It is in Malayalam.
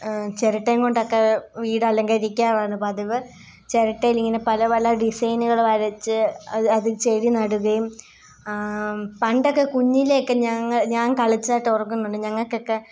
ചിരട്ട കൊണ്ടൊക്കെ വീട് അലങ്കരിക്കാറാണ് പതിവ് ചിരട്ടയിലിങ്ങനെ പല പല ഡിസൈനുകൾ വരച്ച് അതിൽ ചെടി നടുകയും പണ്ടൊക്കെ കുഞ്ഞിലെ ഒക്കെ ഞങ്ങൾ ഞാൻ കളിച്ചതായിട്ടോർക്കുന്നുണ്ട് ഞങ്ങൾക്കൊക്കെ